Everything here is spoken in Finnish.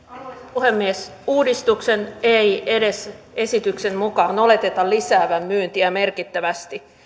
puhemies uudistuksen ei edes esityksen mukaan oleteta lisäävän myyntiä merkittävästi